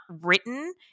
written